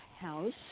house